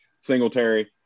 Singletary